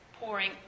pouring